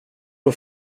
och